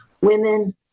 women